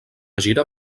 gira